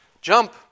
jump